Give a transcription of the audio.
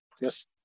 Yes